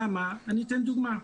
אני אתן דוגמא.